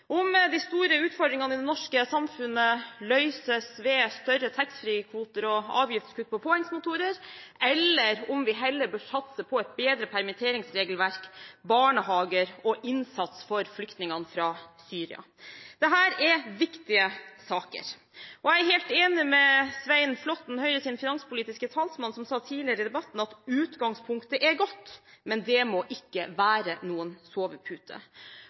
om de store utfordringene i det norske samfunnet løses ved større taxfree-kvoter og avgiftskutt på påhengsmotorer, eller om vi heller bør satse på et bedre permitteringsregelverk, barnehager og innsats for flyktningene fra Syria. Dette er viktige saker. Jeg er helt enig med Svein Flåtten, Høyres finanspolitiske talsmann, som sa tidligere i debatten at utgangspunktet er godt, men det må ikke være noen sovepute.